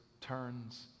turns